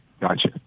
Gotcha